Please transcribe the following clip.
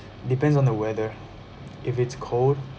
depends on the weather if it's cold